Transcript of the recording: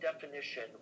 definition